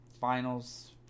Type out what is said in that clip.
finals